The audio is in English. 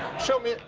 show me.